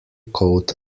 coat